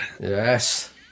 Yes